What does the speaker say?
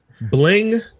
Bling